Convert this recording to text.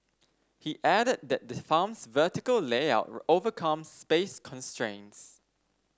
he added that the farm's vertical layout overcomes space constraints